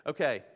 Okay